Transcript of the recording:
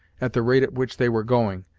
at the rate at which they were going,